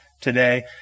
today